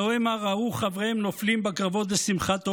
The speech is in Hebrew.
הלוא המה ראו חבריהם נופלים בקרבות בשמחת תורה,